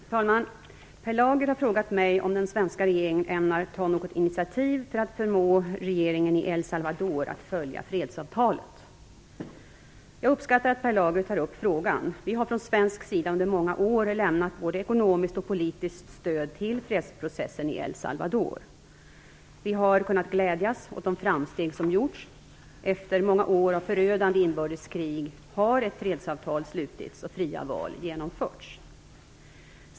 Fru talman! Per Lager har frågat mig om den svenska regeringen ämnar ta något initiativ för att förmå regeringen i El Salvador att följa fredsavtalet. Jag uppskattar att Per Lager tar upp frågan. Vi har från svensk sida under många år lämnat både ekonomiskt och politiskt stöd till fredsprocessen i El Salvador. Vi har kunnat glädjas åt de framsteg som gjorts. Efter många år av förödande inbördeskrig har ett fredsavtal slutits och fria val genomförts.